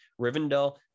rivendell